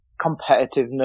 competitiveness